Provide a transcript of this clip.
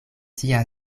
tia